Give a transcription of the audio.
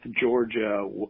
Georgia